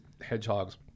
hedgehogs